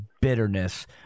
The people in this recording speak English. bitterness